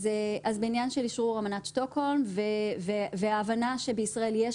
אז בעניין של אשרור אמנת שטוקהולם וההבנה שבישראל יש